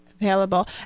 available